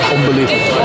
Unbelievable